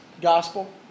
gospel